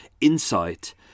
insight